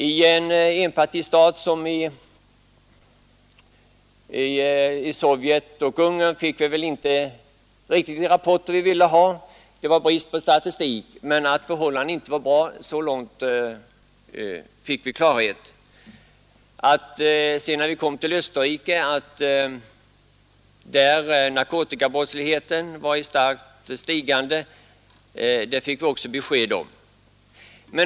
I enpartistaterna Sovjet och Ungern fick vi väl inte riktigt de rapporter vi ville ha — det var brist på statistik — men att förhållandena inte var bra fick vi ändå klart för oss. När vi sedan kom till Österrike fick vi besked om att också narkotikabrottsligheten där var i starkt stigande.